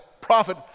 prophet